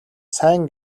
сайн